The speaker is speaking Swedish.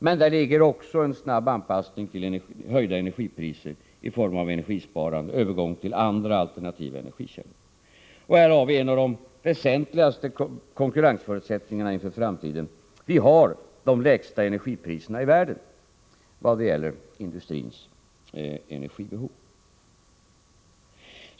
Men bakom ligger också en snabb anpassning till höjda energipriser i form av engergisparande och övergång till andra, alternativa energikällor. Här har vi en av de väsentligaste konkurrensförutsättningarna inför framtiden: Vi har de lägsta energipriserna i världen vad gäller industrins energibehov.